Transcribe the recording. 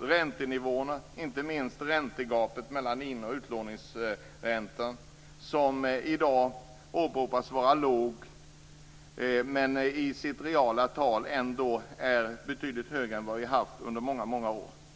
räntenivåerna och inte minst räntegapet mellan inlånings och utlåningsräntan, som i dag åberopas vara litet, men som i sitt reala tal ändå är betydligt större än vad vi har haft under många år.